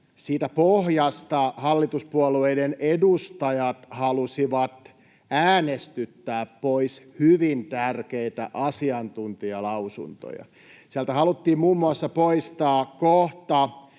siitä pohjasta hallituspuolueiden edustajat halusivat äänestyttää pois hyvin tärkeitä asiantuntijalausuntoja. Sieltä haluttiin muun muassa poistaa kohta,